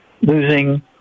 losing